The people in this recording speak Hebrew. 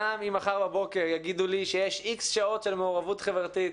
גם אם מחר בבוקר יגידו לי שיש X שעות של מעורבות חברתית,